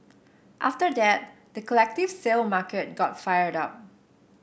after that the collective sale market got fired up